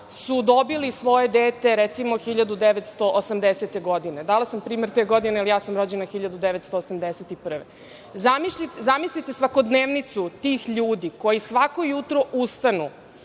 dobili svoje dete, recimo, 1980. godine. Dala sam primer te godine, jer ja sam rođena 1981. godine. Zamislite svakodnevicu tih ljudi koji svako jutro ustanu